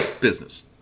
business